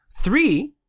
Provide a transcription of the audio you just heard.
three